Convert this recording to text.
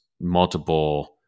multiple